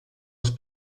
els